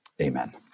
Amen